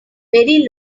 very